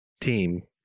team